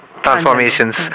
transformations